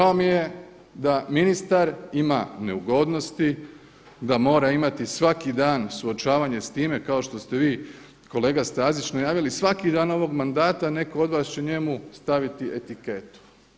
Žao mi je da ministar ima neugodnosti da mora imati svaki dan suočavanje s time kao što ste vi kolega Stazić najavili svaki dan ovog mandata netko od vas će njemu staviti etiketu.